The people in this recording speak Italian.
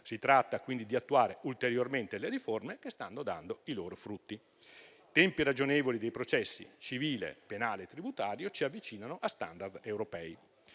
Si tratta quindi di attuare ulteriormente le riforme che stanno dando i loro frutti. Tempi ragionevoli dei processi civile, penale e tributario ci avvicinano a *standard* europei.